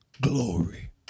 glory